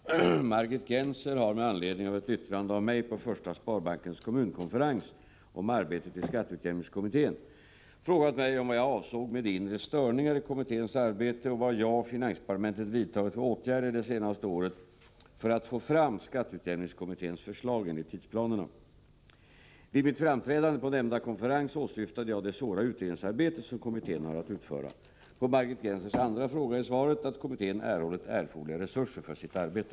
Herr talman! Margit Gennser har, med anledning av ett yttrande av mig på Första Sparbankens kommunkonferens om arbetet i skatteutjämningskommittén, frågat mig om vad jag avsåg med ”inre störningar” i kommitténs arbete och vad jag och finansdepartementet vidtagit för åtgärder det senaste året för att få fram skatteutjämningskommitténs förslag enligt tidsplanerna. Vid mitt framträdande på nämnda konferens åsyftade jag det svåra utredningsarbete som kommittén har att utföra. På Margit Gennsers andra fråga är svaret att kommittén erhållit erforderliga resurser för sitt arbete.